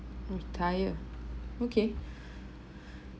retire okay